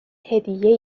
هدیه